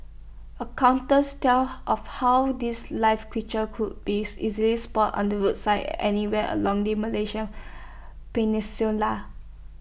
tell of how these live creatures could be easily spotted on the roadside anywhere along the Malaysian peninsula